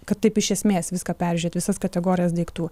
kad taip iš esmės viską peržiūrėt visas kategorijas daiktų